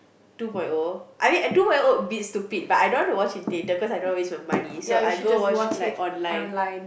two point O I mean uh two point O a bit stupid but I don't want to watch in theater cause I don't want to waste my money so I go watch like online